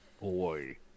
Boy